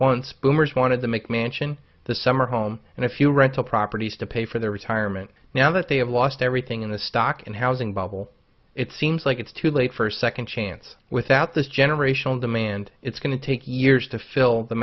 once boomers wanted the mcmansion the summer home and a few rental properties to pay for their retirement now that they have lost everything in the stock and housing bubble it seems like it's too late for a second chance without this generational demand it's going to take years to fill the